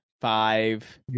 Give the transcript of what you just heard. five